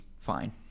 fine